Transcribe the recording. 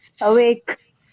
awake